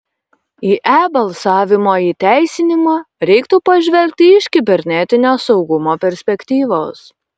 į e balsavimo įteisinimą reiktų pažvelgti iš kibernetinio saugumo perspektyvos